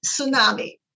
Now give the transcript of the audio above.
tsunami